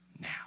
now